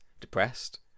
depressed